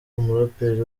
umuraperi